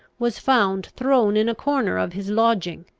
was found thrown in a corner of his lodging,